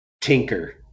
tinker